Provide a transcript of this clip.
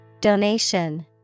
Donation